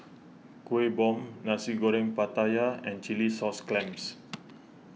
Kueh Bom Nasi Goreng Pattaya and Chilli Sauce Clams